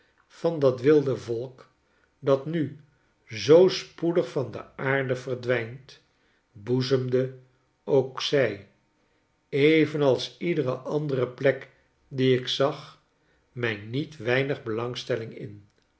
van dat wilde volk dat nu zoo spoedig van de aarde verdwijnt boezemde ook zi evenals iedere andere plek die ik zag mij niet weinig belangstelling in